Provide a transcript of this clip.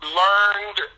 learned